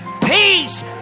Peace